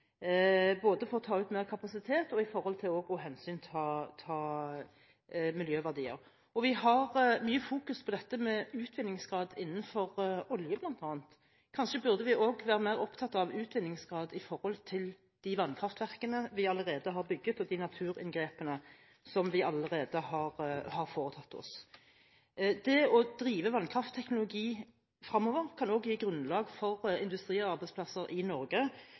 både for å ta ut mer kapasitet og når det gjelder å ta hensyn til miljøverdier. Vi har mye fokus på dette med utvinningsgrad innenfor bl.a. oljen, men kanskje burde vi være mer opptatt av utvinningsgrad når det gjelder de vannkraftverkene vi allerede har bygget, og de naturinngrepene som vi allerede har foretatt. Det å drive vannkraftteknologi fremover kan også gi grunnlag for industri- og arbeidsplasser i Norge